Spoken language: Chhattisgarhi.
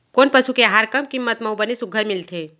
कोन पसु के आहार कम किम्मत म अऊ बने सुघ्घर मिलथे?